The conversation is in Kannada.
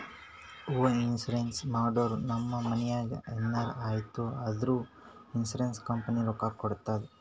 ಹೋಂ ಇನ್ಸೂರೆನ್ಸ್ ಮಾಡುರ್ ನಮ್ ಮನಿಗ್ ಎನರೇ ಆಯ್ತೂ ಅಂದುರ್ ಇನ್ಸೂರೆನ್ಸ್ ಕಂಪನಿ ರೊಕ್ಕಾ ಕೊಡ್ತುದ್